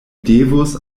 devus